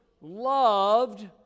loved